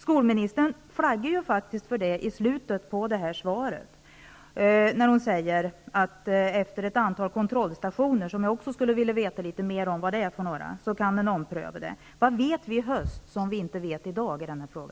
Skolministern flaggar faktiskt för det i slutet i sitt svar, när hon säger att nivån på bidraget kommer att omprövas efter ett antal kontrollstationer. Jag skulle också vilja veta vad för slags kontrollstationer det handlar om. Vad kan vi komma att veta i höst i denna fråga som vi inte vet i dag?